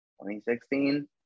2016